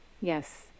yes